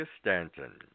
Stanton